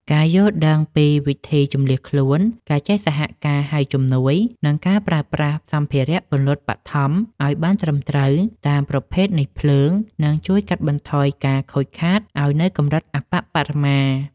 ការយល់ដឹងពីវិធីជម្លៀសខ្លួន ការចេះសហការហៅជំនួយ និងការប្រើប្រាស់សម្ភារៈពន្លត់បឋមឱ្យបានត្រឹមត្រូវតាមប្រភេទនៃភ្លើង នឹងជួយកាត់បន្ថយការខូចខាតឱ្យនៅកម្រិតអប្បបរមា។